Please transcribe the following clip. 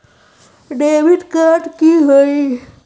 Debit card की होई?